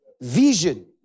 Vision